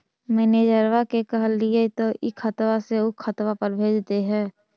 मैनेजरवा के कहलिऐ तौ ई खतवा से ऊ खातवा पर भेज देहै?